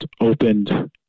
opened